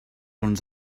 uns